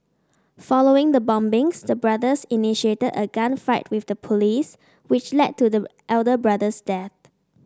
following the bombings the brothers initiated a gunfight with the police which led to the elder brother's death